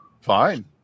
fine